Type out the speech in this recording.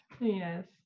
Yes